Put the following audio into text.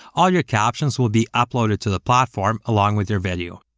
all your captions will be uploaded to the platform along with your video.